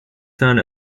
son